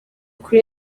kuri